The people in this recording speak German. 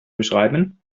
beschreiben